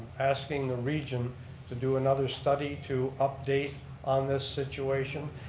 asking the region to do another study to update on this situation,